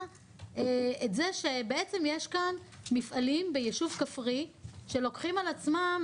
את זה שבעצם יש כאן מפעלים ביישוב כפרי שלוקחים על עצמם,